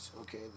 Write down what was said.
okay